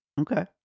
okay